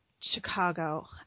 Chicago